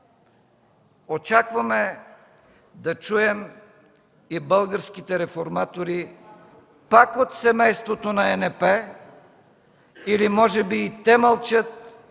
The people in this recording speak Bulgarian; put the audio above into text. Очакваме да чуем и българските реформатори, пак от семейството на ЕНП, или може би и те мълчат,